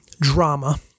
drama